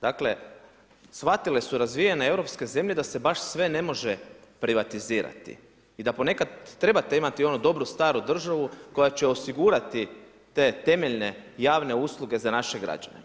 Dakle, shvatile su razvijene europske zemlje da se baš sve ne može privatizirati i da ponekad trebate imati onu dobru staru državu koja će osigurati te temeljne javne usluge za naše građane.